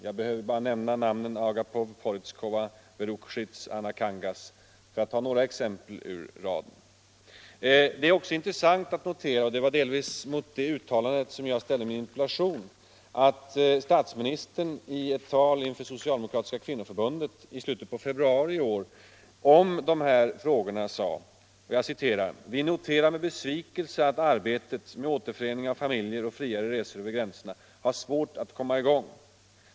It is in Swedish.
Jag behöver bara nämna namnen Agapov, Porizkova, Berukshtis och Anna Kangas för att ta några exempel ur raden. Det är också intressant att notera — det var delvis mot bakgrund av det uttalandet jag framställde min interpellation — att statsminister i ett tal inför Socialdemokratiska kvinnoförbundet i slutet av februari i år om dessa frågor sade: Vi noterar med besvikelse att arbetet med återförening av familjer och friare resor över gränserna har svårt att komma i gång.